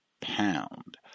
pound